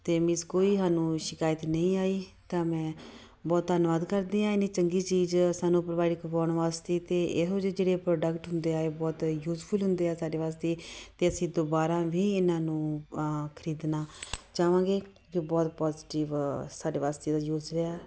ਅਤੇ ਮੀਨਜ਼ ਕੋਈ ਸਾਨੂੰ ਸ਼ਿਕਾਇਤ ਨਹੀਂ ਆਈ ਤਾਂ ਮੈਂ ਬਹੁਤ ਧੰਨਵਾਦ ਕਰਦੀ ਹਾਂ ਇੰਨੀ ਚੰਗੀ ਚੀਜ਼ ਸਾਨੂੰ ਪ੍ਰੋਵਾਈਡ ਕਰਵਾਉਣ ਵਾਸਤੇ ਅਤੇ ਇਹੋ ਜਿਹੇ ਜਿਹੜੇ ਪ੍ਰੋਡਕਟ ਹੁੰਦੇ ਆ ਇਹ ਬਹੁਤ ਯੂਜਫੁਲ ਹੁੰਦੇ ਆ ਸਾਡੇ ਵਾਸਤੇ ਅਤੇ ਅਸੀਂ ਦੁਬਾਰਾ ਵੀ ਇਹਨਾਂ ਨੂੰ ਖਰੀਦਣਾ ਚਾਹਵਾਂਗੇ ਜੋ ਬਹੁਤ ਪੋਜੀਟਿਵ ਸਾਡੇ ਵਾਸਤੇ ਉਹਦਾ ਰਿਹਾ